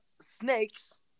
snakes